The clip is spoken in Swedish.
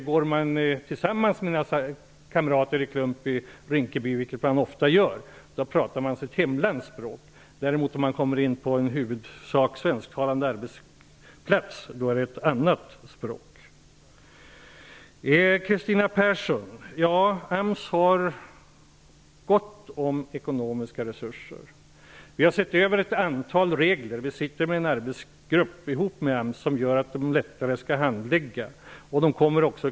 Går man i klump med kamrater i Rinkeby, vilket man ofta gör, pratar man sitt hemlands språk. Kommer man däremot in på en svensktalande arbetsplats är det ett annat språk som gäller. Ja, Kristina Persson, AMS har gott om ekonomiska resurser. Vi har sett över ett antal regler. En arbetsgrupp jobbar ihop med AMS för att man lättare skall klara handläggningen.